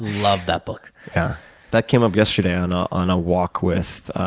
love that book yeah that came up yesterday on ah on a walk with